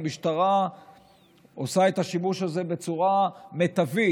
המשטרה עושה את השימוש הזה בצורה מיטבית,